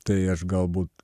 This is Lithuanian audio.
tai aš galbūt